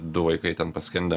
du vaikai ten paskendę